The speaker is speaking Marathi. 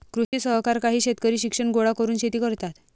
कृषी सहकार काही शेतकरी शिक्षण गोळा करून शेती करतात